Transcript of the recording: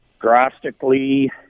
drastically